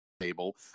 Table